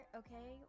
okay